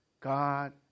God